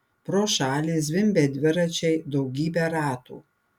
pro šalį zvimbė dviračiai daugybė ratų